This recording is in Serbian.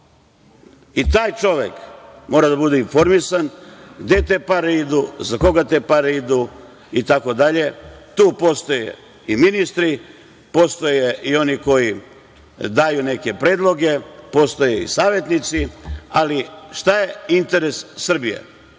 Taj čovek mora da bude informisan gde te pare idu, za koga te pare idu. Tu postoje i ministri, postoje i oni koji daju neke predloge, postoje i savetnici. Ali šta je interes Srbije?